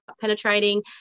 penetrating